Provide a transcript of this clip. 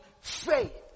faith